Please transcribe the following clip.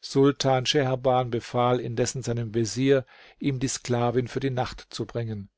sultan scheherban befahl indessen seinem vezier ihm die sklavin für die nacht zu bringen